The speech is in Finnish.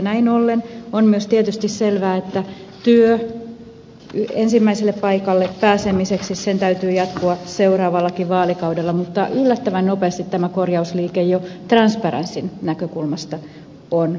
näin ollen on myös tietysti selvää että työn ensimmäiselle paikalla pääsemiseksi täytyy jatkua seuraavallakin vaalikaudella mutta yllättävän nopeasti tämä korjausliike jo transparencyn näkökulmasta on käynnissä